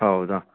ಹೌದಾ